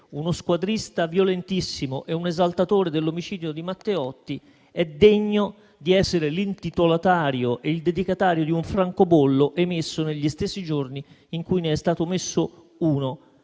uno squadrista violentissimo e un esaltatore dell'omicidio di Matteotti sia degno di essere l'intitolatario e il dedicatario di un francobollo emesso negli stessi giorni in cui ne è stato emesso uno